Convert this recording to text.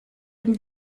dem